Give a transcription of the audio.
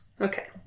Okay